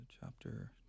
chapter